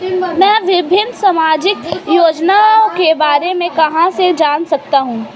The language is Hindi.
मैं विभिन्न सामाजिक योजनाओं के बारे में कहां से जान सकता हूं?